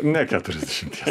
ne keturiasdešimties